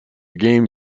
game